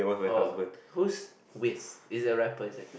oh who's Wiz is a rapper is it